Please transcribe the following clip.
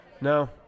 No